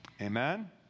Amen